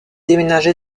déménagé